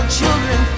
children